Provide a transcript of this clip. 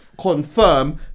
confirm